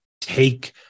take